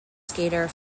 skater